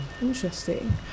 interesting